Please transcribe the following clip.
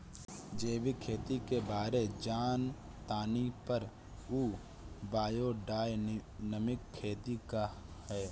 जैविक खेती के बारे जान तानी पर उ बायोडायनमिक खेती का ह?